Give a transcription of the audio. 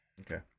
okay